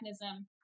mechanism